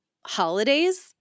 holidays